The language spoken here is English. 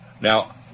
Now